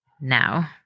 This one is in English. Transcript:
now